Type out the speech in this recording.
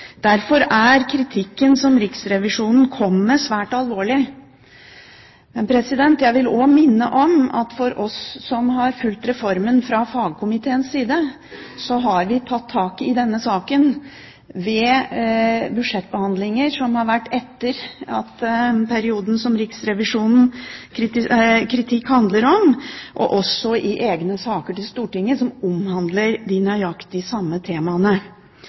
Derfor er kritikken som Riksrevisjonen kom med, svært alvorlig. Jeg vil også minne om at vi som har fulgt reformen fra fagkomiteens side, har tatt tak i denne saken ved budsjettbehandlinger etter perioden som Riksrevisjonens kritikk handler om, og også i form av egne saker til Stortinget som omhandler nøyaktig de samme temaene.